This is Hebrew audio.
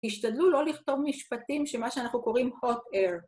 ‫השתדלו לא לכתוב משפטים ‫שמה שאנחנו קוראים hot air.